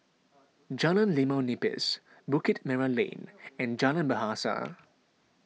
Jalan Limau Nipis Bukit Merah Lane and Jalan Bahasa